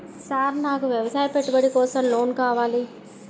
Sir నాకు వ్యవసాయ పెట్టుబడి కోసం లోన్ కావాలి?